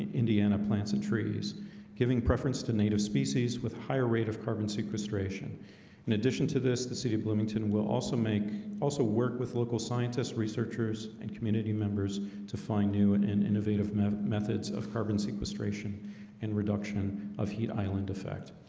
indiana plants and trees giving preference to native species with higher rate of carbon sequestration in addition to this the city of bloomington will also make also work with local scientists researchers and community members to find new and innovative methods of carbon sequestration and reduction heat island effect